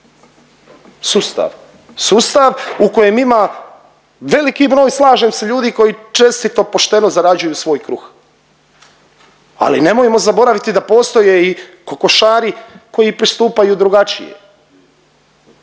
sustav, sustav u kojem ima veliki broj slažem se ljudi koji čestito i pošteno zarađuju svoj kruh, ali nemojmo zaboraviti da postoje i kokošari koji pristupaju drugačije.